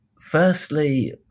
firstly